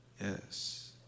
Yes